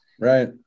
Right